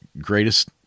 greatest